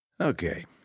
Okay